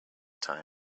time